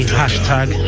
hashtag